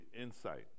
insight